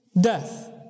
death